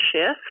shift